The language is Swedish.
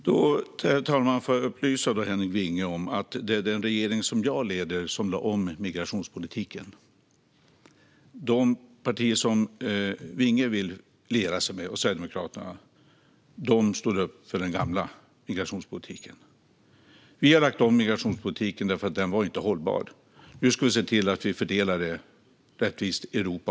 Herr talman! Låt mig upplysa Henrik Vinge om att det är den regering jag leder som har lagt om migrationspolitiken. De partier som Vinge och Sverigedemokraterna vill liera sig med står upp för den gamla migrationspolitiken. Vi har lagt om migrationspolitiken, för den var inte hållbar. Nu ska vi se till att de asylsökande fördelas rättvist i Europa.